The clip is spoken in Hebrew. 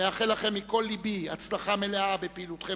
ומאחל לכם מכל לבי הצלחה מלאה בפעילותכם